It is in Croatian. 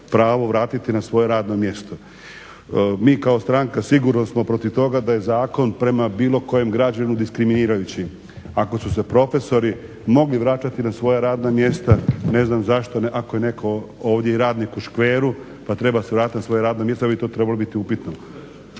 pravo vratiti na svoje radno mjesto. Mi kao stranka sigurno smo protiv toga da je zakon prema bilo kojem građaninu diskriminirajući. Ako su se profesori mogli vraćati na svoja radna mjesta, ne znam zašto i ako je ovdje netko radnik u Škveru pa se treba vratiti na svoje radno mjesto da bi to trebalo biti upitno.